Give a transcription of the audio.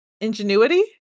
ingenuity